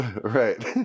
Right